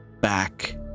back